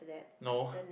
no